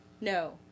No